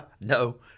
No